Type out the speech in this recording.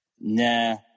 Nah